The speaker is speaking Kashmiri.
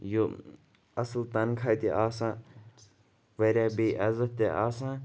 یہِ اَصٕل تَنخاہ تہِ آسان واریاہ بیٚیہِ عزت تہِ آسان